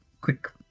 quick